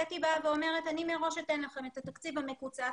בטי באה ואומרת: אני מראש אתן לכם את התקציב המקוצץ,